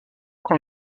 quand